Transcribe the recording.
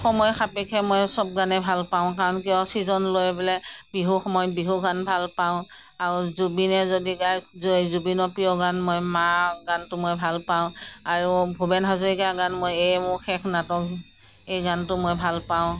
সময় সাপেক্ষে মই চব গানেই ভালপাওঁ কাৰণ কিয় চিজন লৈ পেলাই বিহুৰ সময়ত বিহু গান ভালপাওঁ আৰু জুবিনে যদি গাই জুবিনৰ প্ৰিয় গান মই মা গানটো মই ভালপাওঁ আৰু ভূপেন হাজৰিকাৰ গান মই এয়ে মোৰ শেষ নাটক এই গানটো মই ভালপাওঁ